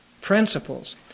principles